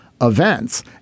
events